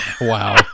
Wow